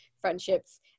friendships